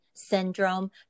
syndrome